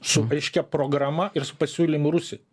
su aiškia programa ir su pasiūlymu rusijai